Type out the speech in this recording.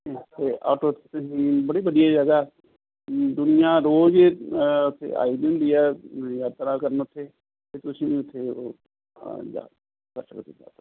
ਇੱਥੇ ਆਟੋ 'ਚ ਤੁਸੀਂ ਬੜੀ ਵਧੀਆ ਜਗ੍ਹਾ ਦੁਨੀਆ ਰੋਜ਼ ਉੱਥੇ ਆਈ ਵੀ ਹੁੰਦੀ ਹੈ ਯਾਤਰਾ ਕਰਨ ਉੱਥੇ ਅਤੇ ਤੁਸੀਂ ਉੱਥੇ ਆ ਜਾ ਜਾ ਸਕਦੇ ਹੋ